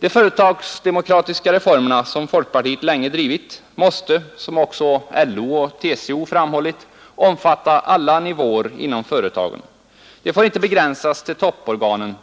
De företagsdemokratiska reformerna som folkpartiet länge drivit måste som också LO och TCO framhållit omfatta alla nivåer inom företagen. De får inte begränsas till topporganen.